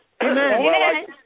Amen